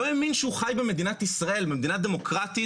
לא האמין שהוא חי במדינת ישראל במדינה דמוקרטית,